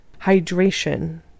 Hydration